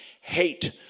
hate